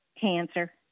cancer